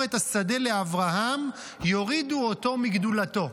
את השדה לאברהם יורידו אותו מגדולתו.